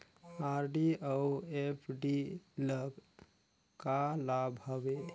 RD अऊ FD ल का लाभ हवे?